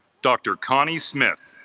dr. connie smith